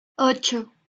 ocho